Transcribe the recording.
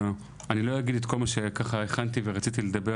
אני לא אגיד את כל מה שהכנתי ורציתי לדבר,